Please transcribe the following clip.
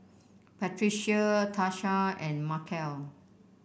Patricia Tarsha and Markell